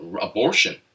abortion